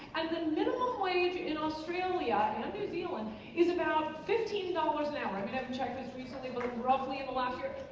and the minimum wage in australia and new zealand is about fifteen dollars an hour i haven't checked this recently but roughly in the last year.